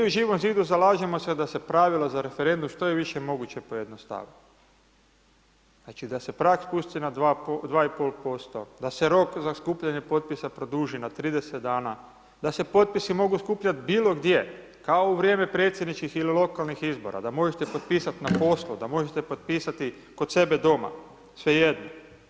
Mi u Živom zidu, zalažemo se da se pravila za referendum što je više moguće pojednostave, znači da se prag spusti na 2,5%, da se rok za skupljanje potpisa produži na 30 dana, da se potpisi mogu skupljati bilo gdje, kao u vrijeme predsjedničkih ili lokalnih izbora, da možete potpisati na poslu, da možete potpisati kod sebe doma, svejedno.